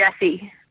Jesse